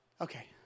Okay